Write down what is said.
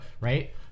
right